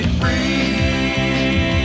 free